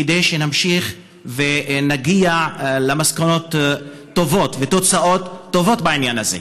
כדי שנמשיך ונגיע למסקנות טובות ותוצאות טובות בעניין הזה?